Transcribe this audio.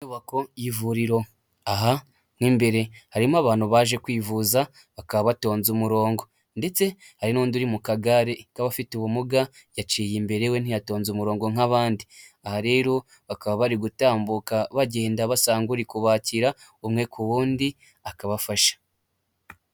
Inyubako y'ivuriro aha nk'imbere harimo abantu baje kwivuza bakaba batonza umurongo ndetse hari n'undi uri mu kagare k'abafite ubumuga yaciye imbere we ntiyatonze umurongo nk'abandi aha rero bakaba bari gutambuka bagenda basanga uri kubakira umwe ku wundi akabafasha.